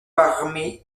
parmi